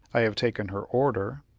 i have taken her order.